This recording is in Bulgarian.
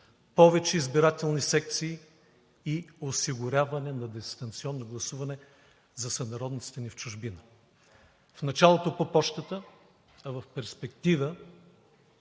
повече избирателни секции и осигуряване на дистанционно гласуване за сънародниците ни в чужбина – в началото по пощата, а в перспектива